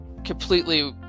Completely